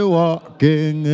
walking